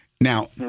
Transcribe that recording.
Now